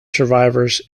survivors